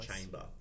chamber